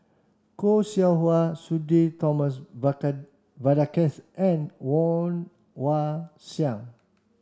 Khoo Seow Hwa Sudhir Thomas Vadaketh and Woon Wah Siang